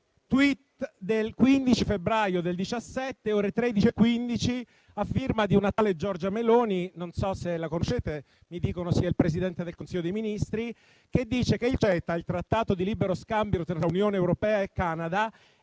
*tweet* del 15 febbraio del 2017, alle ore 13,15, a firma di una tale Giorgia Meloni (non so se la conoscete, mi dicono che sia il Presidente del Consiglio dei ministri), che dice che il CETA, il trattato di libero scambio tra Unione europea e Canada,